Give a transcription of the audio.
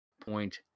point